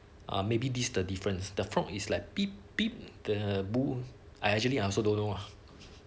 uh maybe this the difference the frog is like beep beep the bull I actually I also don't know